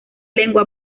lengua